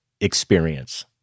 experience